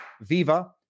VIVA